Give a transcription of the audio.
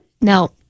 No